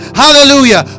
hallelujah